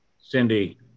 Cindy